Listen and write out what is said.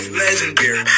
legendary